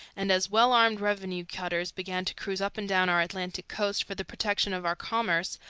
and as well-armed revenue cutters began to cruise up and down our atlantic coast for the protection of our commerce,